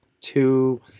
two